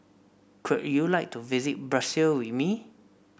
could you like to visit Brussels with me